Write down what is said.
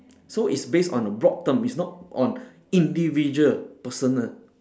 so it's based on a broad term is not on individual personal